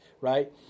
right